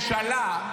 מפקד כתב לך דבר כזה?